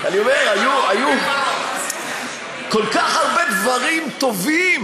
אני אומר, היו כל כך הרבה דברים טובים